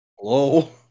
Hello